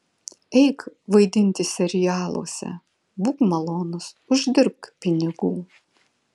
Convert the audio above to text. eik vaidinti serialuose būk malonus uždirbk pinigų